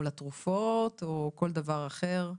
לתרופות או כל דבר אחר.